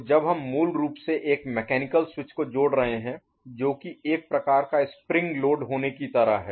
तो जब हम मूल रूप से एक मैकेनिकल Mechanical यांत्रिक स्विच को जोड़ रहे हैं जो कि एक प्रकार का स्प्रिंग लोड होने की तरह है